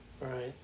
Right